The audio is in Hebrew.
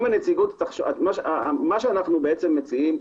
מה שאנו מציעים,